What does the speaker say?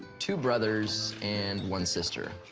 two brothers and one sister.